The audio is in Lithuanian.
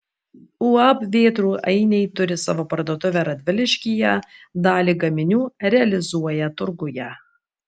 uab vėtrų ainiai turi savo parduotuvę radviliškyje dalį gaminių realizuoja turguje